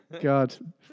God